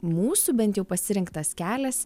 mūsų bent jau pasirinktas kelias